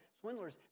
swindlers